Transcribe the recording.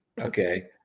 Okay